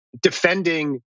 defending